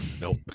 Nope